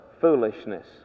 foolishness